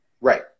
Right